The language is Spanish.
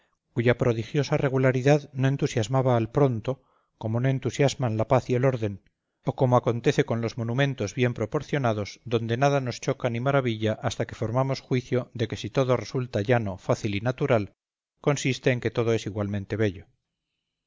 cuya prodigiosa regularidad no entusiasmaba al pronto como no entusiasman la paz y el orden o como acontece con los monumentos bien proporcionados donde nada nos choca ni maravilla hasta que formamos juicio de que si todo resulta llano fácil y natural consiste en que todo es igualmente bello